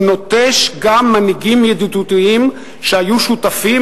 הוא נוטש גם מנהיגים ידידותיים שהיו שותפים